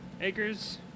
acres